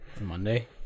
Monday